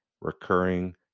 recurring